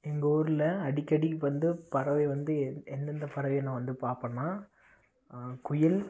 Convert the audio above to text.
எங்கள் ஊரில் அடிக்கடி வந்த பறவை வந்து எந்தந்த பறவை நான் வந்து பார்ப்பன்னா குயில்